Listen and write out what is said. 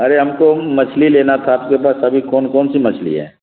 ارے ہم کو مچھلی لینا تھا آپ کے پاس ابھی کون کون سی مچھلی ہے